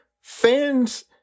fans